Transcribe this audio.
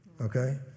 okay